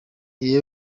iri